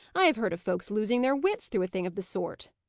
i have heard of folks losing their wits through a thing of the sort.